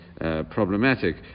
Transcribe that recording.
Problematic